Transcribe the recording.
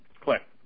click